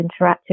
interactive